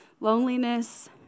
loneliness